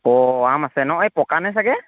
অ আম আছে ন' এই পকানে চাগৈ